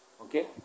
Okay